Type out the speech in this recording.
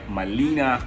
Malina